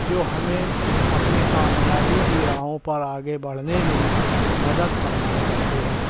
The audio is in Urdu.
جو ہمیں اپنی کامیابی کی راہوں پر آگے بڑھنے میں مدد فراہم کرتے ہیں